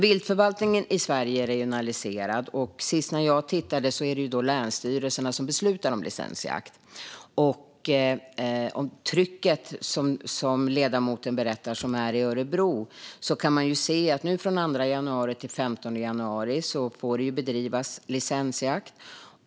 Viltförvaltningen i Sverige är regionaliserad. Sist när jag tittade var det länsstyrelserna som beslutar om licensjakt. Ledamoten berättade om trycket i Örebro. Nu kan man se att från den 2 januari till den 15 februari får det bedrivas licensjakt.